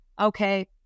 okay